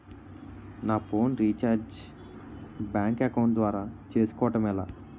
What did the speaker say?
నా phone recharge bank account ద్వారా చేసుకోవటం ఎలా?